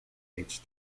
age